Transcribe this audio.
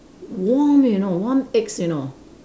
warm you know warm eggs you know